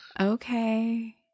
Okay